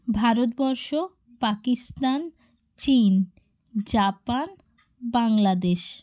ভারতবর্ষ পাকিস্তান চীন জাপান বাংলাদেশ